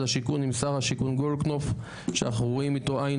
השיכון גם שר השיכון גולדקנוף שאנחנו רואים איתו עין